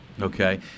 Okay